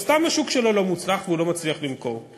או סתם השוק שלו לא מוצלח והוא לא מצליח למכור.